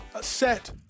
set